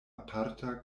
aparta